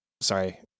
sorry